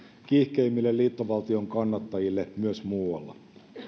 kiihkeimmille liittovaltion kannattajille myös muualla